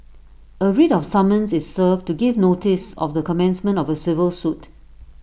A writ of summons is served to give notice of the commencement of A civil suit